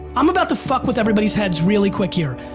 i'm about to fuck with everybody's heads really quick here.